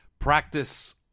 practice